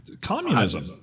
communism